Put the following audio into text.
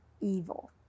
evil